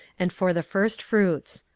and for the firstfruits.